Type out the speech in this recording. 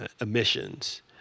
emissions